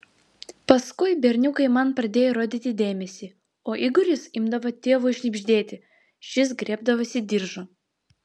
paskui berniukai man pradėjo rodyti dėmesį o igoris imdavo tėvui šnibždėti šis griebdavosi diržo